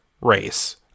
race